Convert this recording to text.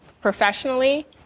professionally